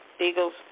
Eagles